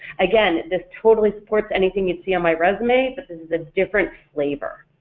again, this totally supports anything you see on my resume, but this is a different flavor.